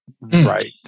right